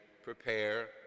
Prepare